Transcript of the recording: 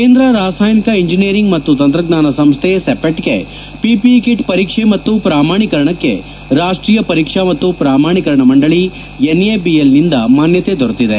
ಕೇಂದ್ರ ರಾಸಾಯನಿಕ ಇಂಜಿನಿಯರಿಂಗ್ ಮತ್ತು ತಂತ್ರಜ್ಞಾನ ಸಂಸ್ಲೆ ಸಿಪೆಚ್ಗೆ ಪಿಪಿಇ ಕಿಟ್ ಪರೀಕ್ಷೆ ಮತ್ತು ಪ್ರಮಾಣೀಕರಣಕ್ಕೆ ರಾಷ್ಷೀಯ ಪರೀಕ್ಸಾ ಮತ್ತು ಪ್ರಮಾಣೀಕರಣ ಮಂಡಳಿ ಎನ್ಎಐಎಲ್ ಯಂದ ಮಾನ್ಗತೆ ದೊರೆತಿದೆ